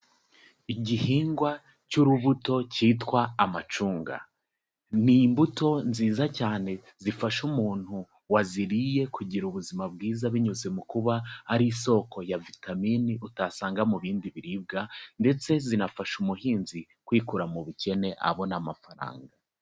Igihingwa cy'urubuto kitwa amacunga, ni imbuto nziza cyane, zifasha umuntu waziriye kugira ubuzima bwiza binyuze mu kuba ari isoko ya vitamini utasanga mu bindi biribwa ndetse zinafasha umuhinzi kwikura mu bukene abona amafaranga.